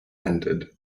ended